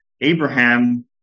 Abraham